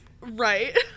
right